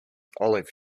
olive